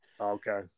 Okay